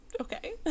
Okay